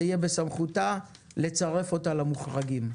זה יהיה בסמכותה לצרף אותם למוחרגים.